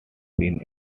been